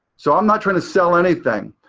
so i'm not trying to sell anything.